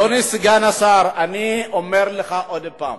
אדוני סגן השר, אני אומר לך עוד פעם